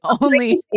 only-